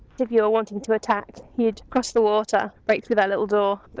if you were wanting to attack, you would cross the water break through that little door,